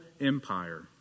empire